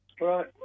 Right